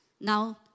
Now